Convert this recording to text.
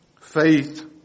Faith